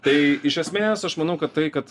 tai iš esmės aš manau kad tai kad